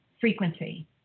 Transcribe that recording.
frequency